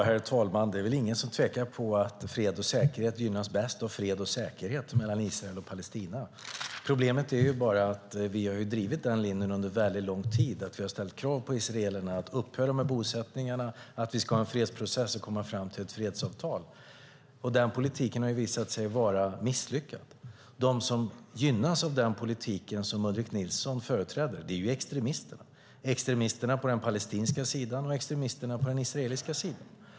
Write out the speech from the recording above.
Herr talman! Det är väl ingen som tvekar om att fred och säkerhet gynnas bäst av fred och säkerhet mellan Israel och Palestina. Problemet är bara att vi har drivit den linjen under väldigt lång tid. Vi har ställt krav på israelerna att upphöra med bosättningarna och på att vi ska ha en fredsprocess och komma fram till ett fredsavtal. Den politiken har visat sig vara misslyckad. De som gynnas av den politik som Ulrik Nilsson företräder är ju extremisterna på den palestinska sidan och extremisterna på den israeliska sidan.